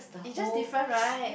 it's just different right